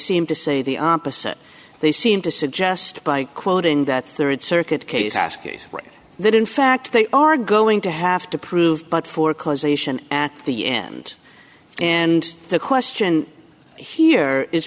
seem to say the opposite they seem to suggest by quoting that rd circuit case ask is that in fact they are going to have to prove but for causation at the end and the question here is